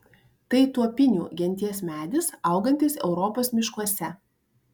tai tuopinių genties medis augantis europos miškuose